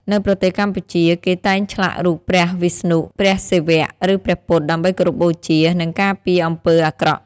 នៅប្រទេសកម្ពុជា គេតែងឆ្លាក់រូបព្រះវិស្ណុ ព្រះសិវៈ ឬព្រះពុទ្ធ ដើម្បីគោរពបូជា និងការពារអំពើអាក្រក់។